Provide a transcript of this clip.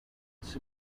it’s